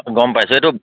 গ'ম পাইছোঁ এইটো